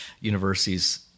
universities